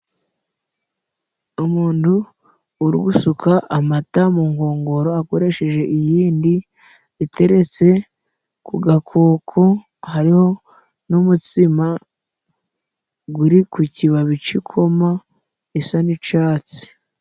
Umundu uri gusuka amata mu nkongoro akoresheje iyindi iteretse ku gakoko. Hariho n'umutsima guri ku kibabi c'ikoma gisa n'icatsi.